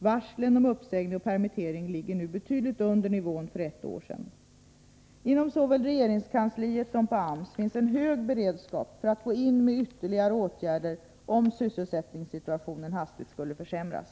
Varslen om uppsägning och permittering ligger nu betydligt under nivån för ett år sedan. Inom såväl regeringskansliet som AMS finns en hög beredskap för att gå in med ytterligare åtgärder om sysselsättningssituationen hastigt skulle försämras.